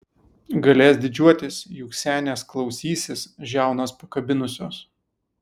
galės didžiuotis juk senės klausysis žiaunas pakabinusios